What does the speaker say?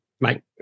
Right